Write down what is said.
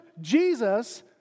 Jesus